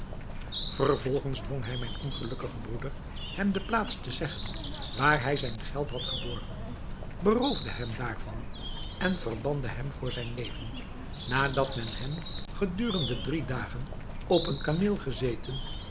vervolgens dwong hij mijn ongelukkigen broeder hem de plaats te zeggen waar hij zijn geld had geborgen beroofde hem daarvan en verbande hem voor zijn leven nadat men hem gedurende drie dagen op een kameel gezeten